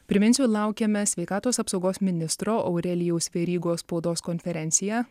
priminsiu laukiame sveikatos apsaugos ministro aurelijaus verygos spaudos konferenciją